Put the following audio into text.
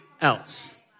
else